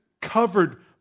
covered